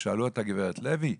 ושאלו אותה: גב' לוי,